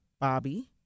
bobby